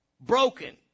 broken